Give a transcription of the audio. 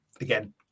again